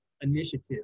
initiative